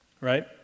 Right